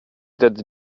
that